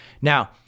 Now